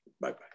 Bye-bye